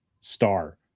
star